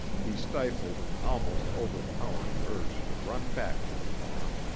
he stifled an almost overpowering urge to run back to the fawn.